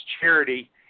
charity